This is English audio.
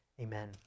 Amen